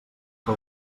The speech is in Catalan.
que